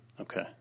Okay